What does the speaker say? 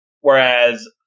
Whereas